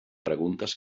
preguntes